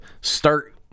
start